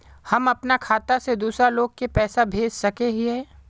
हम अपना खाता से दूसरा लोग के पैसा भेज सके हिये?